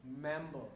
member